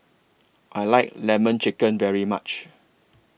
I like Lemon Chicken very much